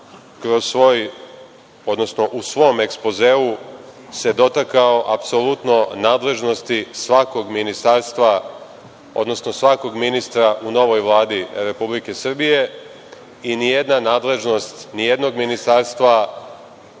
Aleksandar Vučić u svom ekspozeu dotakao apsolutno nadležnosti svakog ministarstva, odnosno svakog ministra u novoj Vladi Republike Srbije i nijedna nadležnost nijednog ministarstva